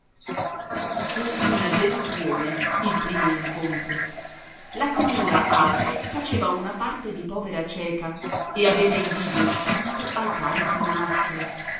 fu una delusione il primo incontro la signora aglae faceva una parte di povera cieca e aveva il viso dipinto al pari di una maschera